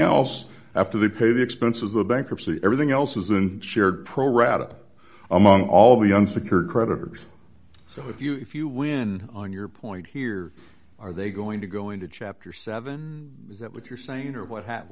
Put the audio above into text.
else after they pay the expense of the bankruptcy everything else isn't shared pro rata among all the unsecured creditors if you if you win on your point here are they going to go into chapter seven that what you're saying or what happened